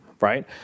right